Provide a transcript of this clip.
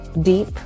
deep